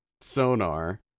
sonar